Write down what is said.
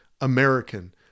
American